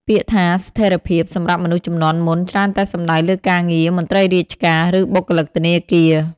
ពាក្យថា "ស្ថិរភាព" សម្រាប់មនុស្សជំនាន់មុន ច្រើនតែសំដៅលើការងារមន្ត្រីរាជការ ឬបុគ្គលិកធនាគារ។